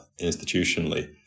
institutionally